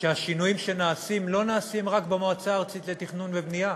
שהשינויים שנעשים לא נעשים רק במועצה הארצית לתכנון ובנייה.